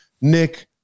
Nick